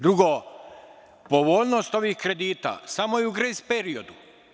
Drugo, povoljnost ovih kredita, samo je u grejs periodu.